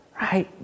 right